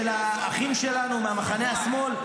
של האחים שלנו ממחנה השמאל,